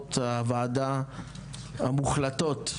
ממטרות הוועדה המוחלטות.